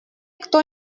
кто